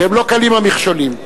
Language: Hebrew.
והם לא קלים, המכשולים.